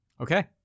Okay